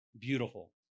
beautiful